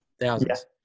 Thousands